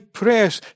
prayers